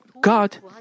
God